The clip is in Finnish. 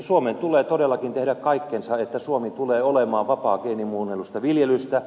suomen tulee todellakin tehdä kaikkensa että suomi tulee olemaan vapaa geenimuunnellusta viljelystä